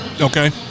Okay